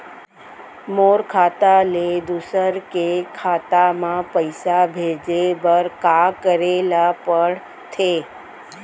मोर खाता ले दूसर के खाता म पइसा भेजे बर का करेल पढ़थे?